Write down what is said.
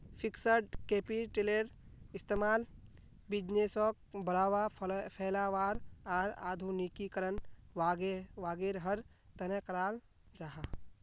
fixed कैपिटलेर इस्तेमाल बिज़नेसोक बढ़ावा, फैलावार आर आधुनिकीकरण वागैरहर तने कराल जाहा